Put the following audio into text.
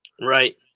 right